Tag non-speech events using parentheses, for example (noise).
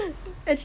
(laughs)